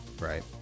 Right